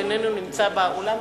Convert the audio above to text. שאיננו נמצא באולם,